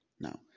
Now